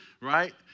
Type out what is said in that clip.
right